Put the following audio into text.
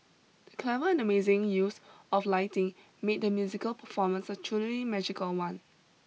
the clever and amazing use of lighting made the musical performance a truly magical one